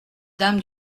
dames